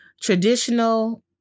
traditional